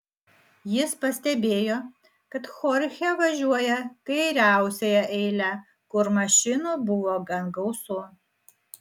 jis pastebėjo kad chorchė važiuoja kairiausiąja eile kur mašinų buvo gan gausu